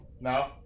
No